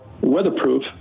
weatherproof